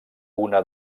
una